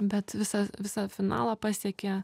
bet visą visą finalą pasiekė